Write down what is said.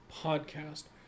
podcast